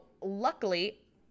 luckily